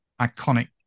iconic